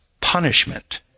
punishment